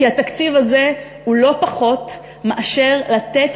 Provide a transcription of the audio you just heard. כי התקציב הזה הוא לא פחות מאשר לתת